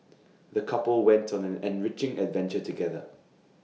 the couple went on an enriching adventure together